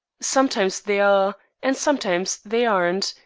sometimes they are, and sometimes they aren't.